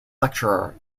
lecturer